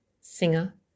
singer